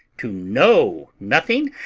to know nothing,